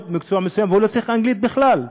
מקצוע מסוים והוא לא צריך אנגלית בכלל,